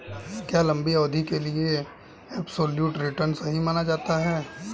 क्या लंबी अवधि के लिए एबसोल्यूट रिटर्न सही माना जाता है?